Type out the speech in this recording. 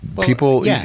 people